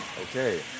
Okay